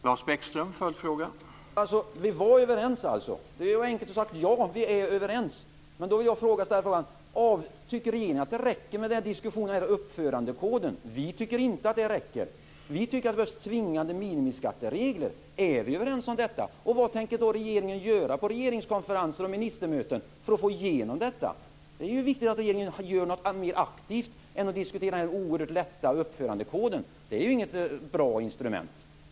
Herr talman! Vi var alltså överens. Det hade varit enkelt att säga: Ja, vi är överens. Jag vill då bara fråga: Tycker regeringen att det räcker med diskussionen om uppförandekoden? Vi tycker inte att det räcker. Vi vill ha tvingande minimiskatteregler. Är vi överens om detta, och vad tänker regeringen i så fall göra på regeringskonferenser och ministermöten för att få igenom detta? Det är viktigt att regeringen gör något aktivt i stället för att diskutera den oerhört lätta uppförandekoden. Den är inte något bra instrument.